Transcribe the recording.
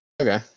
okay